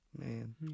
man